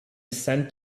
scent